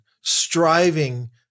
striving